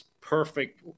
perfect